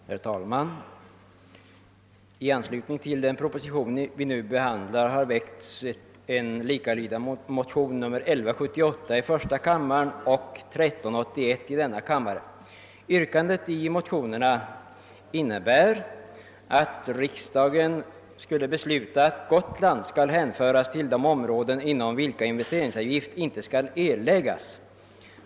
Herr talman! I anslutning till den proposition vi nu behandlar har väckts bl.a. de likalydande motionerna I: 1178 och II:1381. Yrkandet i motionerna innebär att riksdagen skulle besluta att Gotland skall hänföras till de områden inom vilka investeringsavgift inte skall erläggas.